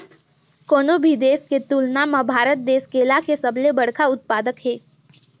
कोनो भी देश के तुलना म भारत देश केला के सबले बड़खा उत्पादक हे